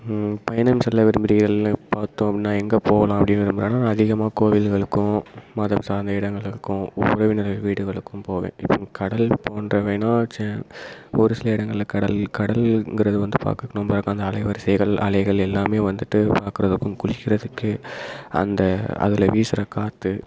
பயணம் செல்ல விரும்புறீர்கள்னு பார்த்தோம் அப்படின்னா எங்கள் போகலாம் அப்படின்னு விரும்புகிறேனா நான் அதிகமா கோவிலுகளுக்கும் மதம் சார்ந்த இடங்களுக்கும் உறவினர் வீடுகளுக்கும் போவேன் இப்போது கடல் போன்ற வேணா சே ஒரு சில இடங்கள்ல கடல் கடலுங்கிறது வந்து பார்க்கறது ரொம்ப அழகாக இந்த அலைவரிசைகள் அலைகள் எல்லாமே வந்துட்டு பார்க்கறதுக்கும் குளிக்கிறதுக்கு அந்த அதில் வீசுகிற காற்று